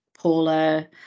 Paula